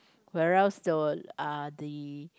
where else the uh the